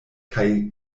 kaj